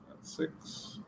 Six